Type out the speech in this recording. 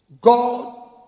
God